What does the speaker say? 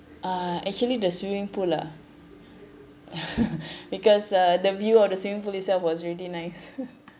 uh actually the swimming pool lah because uh the view of the swimming pool itself was really nice